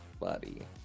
buddy